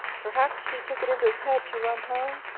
perhaps he took it into his head to run home